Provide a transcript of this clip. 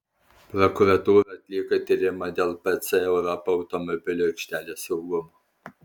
prokuratūra atlieka tyrimą dėl pc europa automobilių aikštelės saugumo